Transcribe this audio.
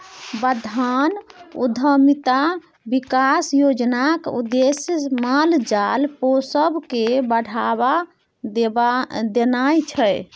बथान उद्यमिता बिकास योजनाक उद्देश्य माल जाल पोसब केँ बढ़ाबा देनाइ छै